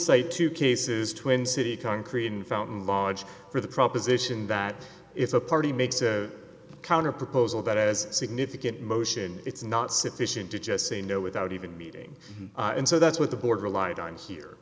cite two cases twin city concrete large for the proposition that if a party makes a counterproposal that has significant motion it's not sufficient to just say no without even meeting and so that's what the board relied on here